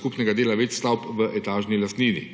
skupnega dela več stavb v etažni lastnini.